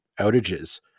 outages